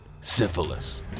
syphilis